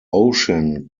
ocean